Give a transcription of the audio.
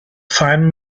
find